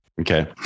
Okay